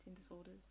disorders